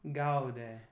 gaude